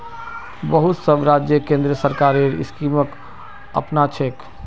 बहुत सब राज्य केंद्र सरकारेर स्कीमक अपनाछेक